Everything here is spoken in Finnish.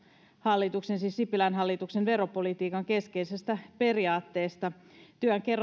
hallituksen siis sipilän hallituksen veropolitiikan keskeisestä periaatteesta työn